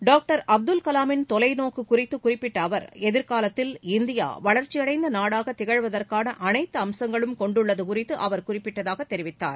doctor Abdul கலாம ன் தொலை நோக்கு குறித்து குறிப்பிட்ட அவர் எதிர்காலத்தில் இந்தியா வளர்ச்சியடைந்த நாடாக திகழ்வதற்காள அளைத்து அம்சங்களும் கொண்டுள்ளது குறித்து அவர் குறிப்பிட்டதாக தெரிவித்தார்